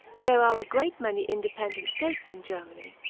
there are a great many independent states in germany,